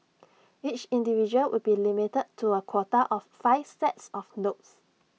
each individual will be limited to A quota of five sets of notes